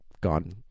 gone